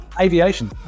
Aviation